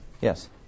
Yes